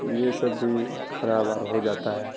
تو یہ سب بھی خراب اور ہو جاتا ہے